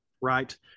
right